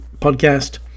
podcast